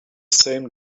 same